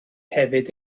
hefyd